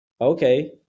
Okay